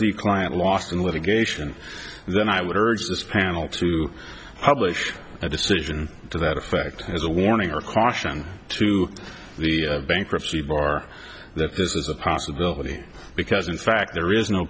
ee client lost in litigation then i would urge this panel to publish a decision to that effect as a warning or caution to the bankruptcy bar that this is a possibility because in fact there is no